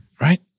right